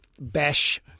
bash